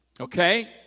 Okay